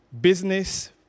business